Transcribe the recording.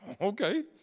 Okay